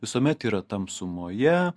visuomet yra tamsumoje